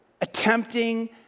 attempting